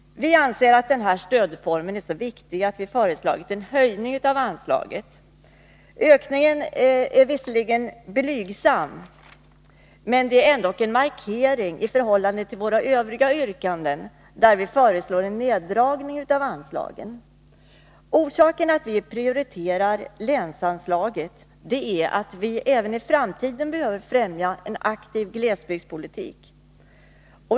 Vi anser denna stödform så viktig att vi föreslagit en höjning av anslaget. Ökningen är visserligen blygsam, men det är ändock en markering i förhållande till våra övriga yrkanden, där vi föreslår en neddragning av anslagen. Orsaken till att vi prioriterar länsanslaget är att vi i framtiden behöver främja en aktiv glesbygdspolitik.